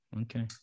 Okay